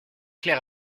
clair